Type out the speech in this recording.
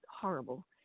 horrible